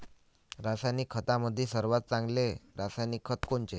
रासायनिक खतामंदी सर्वात चांगले रासायनिक खत कोनचे?